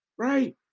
Right